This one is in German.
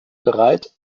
bereit